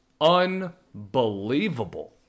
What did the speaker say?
unbelievable